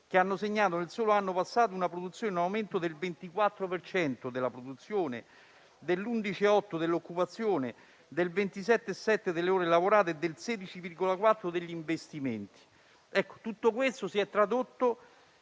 che hanno segnato nel solo anno passato un aumento della produzione del 24 per cento, dell'11,8 dell'occupazione, del 27,7 delle ore lavorate e del 16,4 degli investimenti.